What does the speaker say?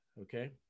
okay